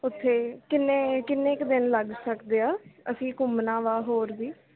ਉੱਥੇ ਕਿੰਨੇ ਕਿੰਨੇ ਕੁ ਦਿਨ ਲੱਗ ਸਕਦੇ ਆ ਅਸੀਂ ਘੁੰਮਣਾ ਵਾ ਹੋਰ ਵੀ